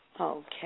Okay